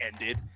ended